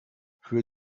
für